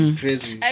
crazy